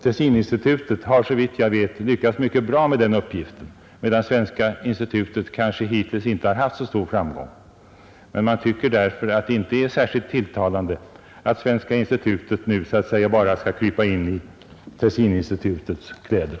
Tessininstitutet har såvitt jag vet lyckats mycket bra med den uppgiften, medan Svenska institutet hittills kanske inte har haft så stor framgång. Man tycker därför att det inte är särskilt tilltalande att Svenska institutet nu bara så att säga skall krypa in i Tessininstitutets kläder.